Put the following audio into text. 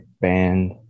band